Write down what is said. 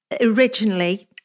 originally